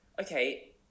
okay